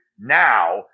Now